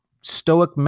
stoic